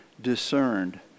discerned